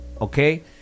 okay